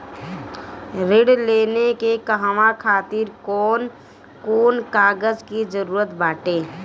ऋण लेने के कहवा खातिर कौन कोन कागज के जररूत बाटे?